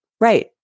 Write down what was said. Right